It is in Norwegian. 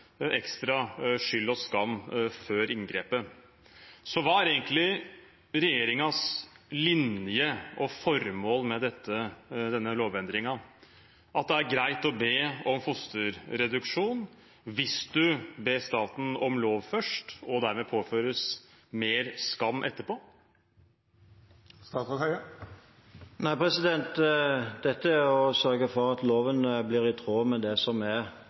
ekstra skyld og skam før inngrepet. Hva er egentlig regjeringens linje og formål med denne lovendringen – at det er greit å be om fosterreduksjon hvis du ber staten om lov først, og dermed bli påført mer skam etterpå? Nei, dette er å sørge for at loven blir i tråd med det som er